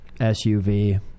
SUV